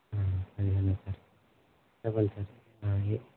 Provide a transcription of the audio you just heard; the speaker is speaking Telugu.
చెప్పండి సార్